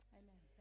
amen